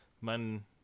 Man